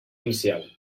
inicial